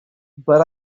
but